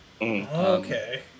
Okay